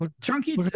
Chunky